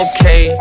Okay